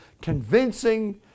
convincing